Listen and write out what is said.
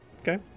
Okay